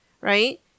right